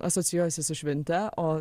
asocijuojasi su švente o